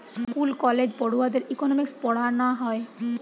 school কলেজে পড়ুয়াদের economics পোড়ানা হয়